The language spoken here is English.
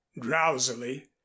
drowsily